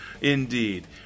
indeed